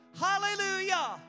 Hallelujah